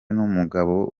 n’umugabo